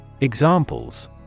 Examples